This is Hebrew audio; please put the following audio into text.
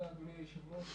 תודה, אדוני היושב-ראש.